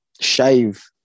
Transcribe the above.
shave